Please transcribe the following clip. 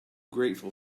grateful